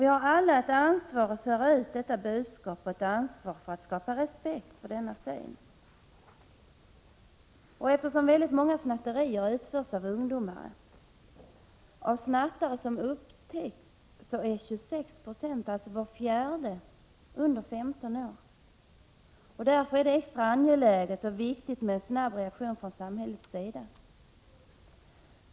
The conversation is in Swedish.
Vi har alla ett ansvar för att föra ut detta budskap och för att skapa respekt för denna syn. Eftersom många snatterier utförs av ungdomar — av de snattare som upptäcks är 26 96 under 15 år — är det extra angeläget med en snabb reaktion från samhällets sida.